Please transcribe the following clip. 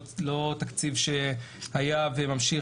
זה לא תקציב שהיה וממשיך,